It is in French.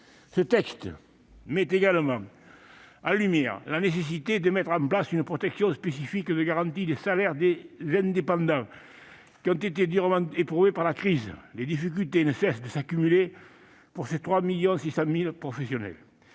Ce texte met également en lumière la nécessité de prévoir un mécanisme spécifique de garantie des salaires des indépendants, qui ont été durement éprouvés par la crise. Les difficultés ne cessent de s'accumuler pour ces 3,6 millions de professionnels.